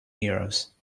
heroes